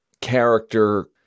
character